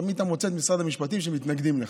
תמיד אתה מוצא את משרד המשפטים שמתנגד לך,